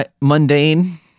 Mundane